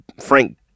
Frank